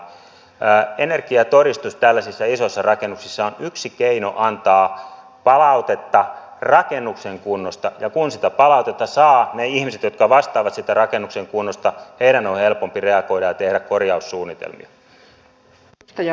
energiatodistus tällaisissa isoissa rakennuksissa on yksi keino antaa palautetta rakennuksen kunnosta ja kun sitä palautetta saa niiden ihmisten jotka vastaavat siitä rakennuksen kunnosta on helpompi reagoida ja tehdä korjaussuunnitelmia